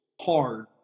hard